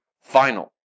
final